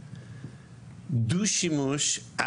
דו-שימוש,